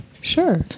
Sure